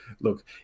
look